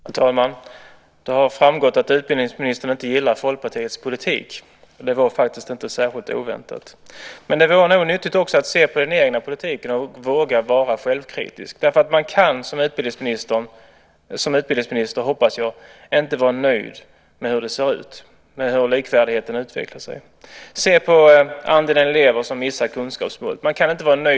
Herr talman! Det har framgått att utbildningsministern inte gillar Folkpartiets politik. Det var inte särskilt oväntat. Men det vore nog nyttigt att se på den egna politiken också och våga vara självkritisk. Man kan inte som utbildningsminister vara nöjd med hur det ser ut, hoppas jag, när det gäller utvecklingen av likvärdigheten. Vi kan se på andelen elever som missar kunskapsmålen.